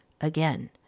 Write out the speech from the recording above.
again